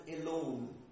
alone